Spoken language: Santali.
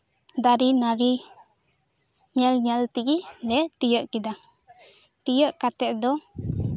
ᱫᱟᱨᱮ ᱱᱟᱹᱲᱤ ᱧᱮᱞ ᱧᱮᱞ ᱛᱮᱜᱮ ᱞᱮ ᱛᱤᱭᱳᱜ ᱠᱮᱫᱟ ᱛᱤᱭᱳᱜ ᱠᱟᱛᱮᱫ ᱫᱚ